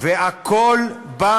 והכול בא